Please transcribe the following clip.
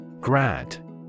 Grad